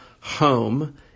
Home